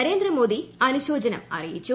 നരേന്ദ്രമോദി അനുശോചനം അറിയിച്ചു